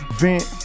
vent